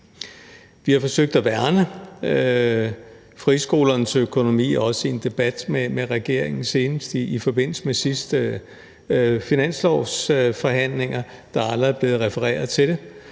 Vi har forsøgt at værne om friskolernes økonomi også i en debat med regeringen og senest i forbindelse med sidste års finanslovsforhandlinger. Der er allerede blevet refereret til dem,